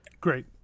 Great